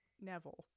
Neville